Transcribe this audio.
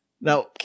Now